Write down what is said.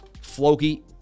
Floki